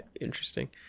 interesting